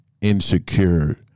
insecure